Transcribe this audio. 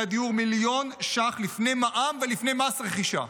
דיור: מיליון ש"ח לפני מע"מ ולפני מס רכישה.